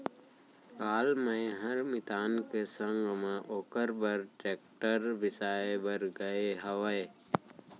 काल मैंहर मितान के संग म ओकर बर टेक्टर बिसाए बर गए रहव